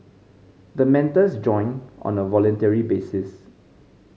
the mentors join on a voluntary basis